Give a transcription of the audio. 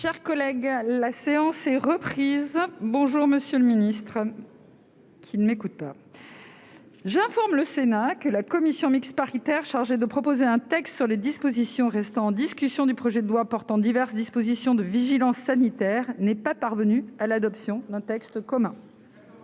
instants. La séance est suspendue. La séance est reprise. J'informe le Sénat que la commission mixte paritaire chargée de proposer un texte sur les dispositions restant en discussion du projet de loi portant diverses dispositions de vigilance sanitaire n'est pas parvenue à l'adoption d'un texte commun.